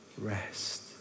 rest